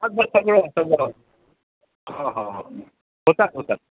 अगदी सगळं सगळं हो हो होतात होतात